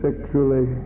sexually